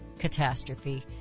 catastrophe